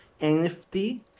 NFT